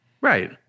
Right